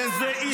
איזה חוקר ענק.